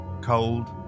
cold